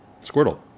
Squirtle